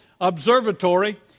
Observatory